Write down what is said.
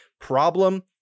problem